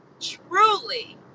truly